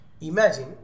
Imagine